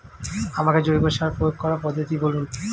আমাকে জৈব সার প্রয়োগ করার পদ্ধতিটি বলুন?